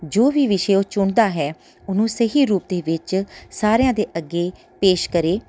ਜੋ ਵੀ ਵਿਸ਼ੇ ਉਹ ਚੁਣਦਾ ਹੈ ਉਹਨੂੰ ਸਹੀ ਰੂਪ ਦੇ ਵਿੱਚ ਸਾਰਿਆਂ ਦੇ ਅੱਗੇ ਪੇਸ਼ ਕਰੇ